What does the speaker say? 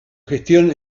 gestión